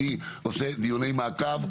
אני עושה הרבה דיוני מעקב,